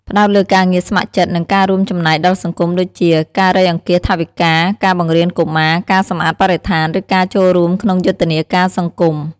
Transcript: ផ្តោតលើការងារស្ម័គ្រចិត្ត និងការរួមចំណែកដល់សង្គម ដូចជា ការរៃអង្គាសថវិកា ការបង្រៀនកុមារ ការសម្អាតបរិស្ថាន ឬការចូលរួមក្នុងយុទ្ធនាការសង្គម។